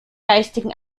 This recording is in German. geistigem